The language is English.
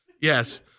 Yes